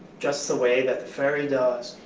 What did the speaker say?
just the way that the fairy dust,